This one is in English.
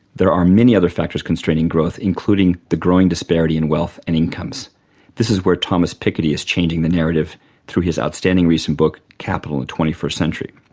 there are many other factors constraining growth including the growing disparity in wealth and incomes this is where thomas piketty is changing the narrative through his outstanding recent book capital in the twenty first century.